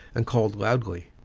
and called loudly.